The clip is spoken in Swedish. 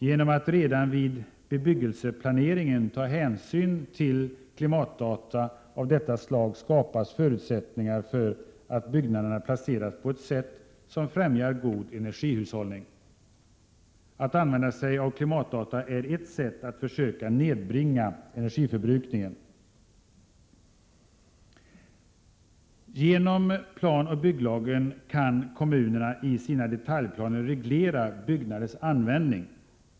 Genom att man redan vid bebyggelseplaneringen tar hänsyn till klimatdata av detta slag skapas förutsättningar för att byggnaderna placeras på ett sätt som främjar god energihushållning. Att använda sig av klimatdata är ett sätt att försöka nedbringa energiförbrukningen. Genom planoch bygglagen kan kommunerna i sina detaljplaner reglera byggnaders användning.